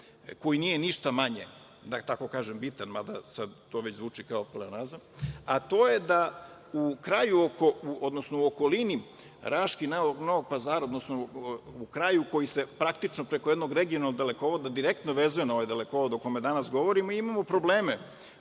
koji nije ništa manje bitan, mada sad to već zvuči kao pleonazam, a to je da u okolini Raške i Novog Pazara, odnosno u kraju koji se praktično preko jednog regionalnog dalekovoda direktno vezuje na ovaj dalekovod o kome danas govorimo, imamo probleme